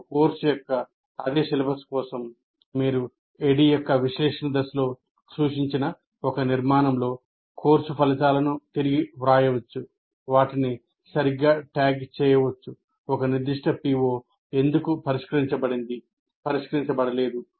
ఒక కోర్సు యొక్క అదే సిలబస్ కోసం మీరు ADDIE యొక్క విశ్లేషణ దశలో సూచించిన ఒక నిర్మాణంలో కోర్సు ఫలితాలను తిరిగి వ్రాయవచ్చు వాటిని సరిగ్గా ట్యాగ్ చేయవచ్చు ఒక నిర్దిష్ట PO ఎందుకు పరిష్కరించబడింది పరిష్కరించబడలేదు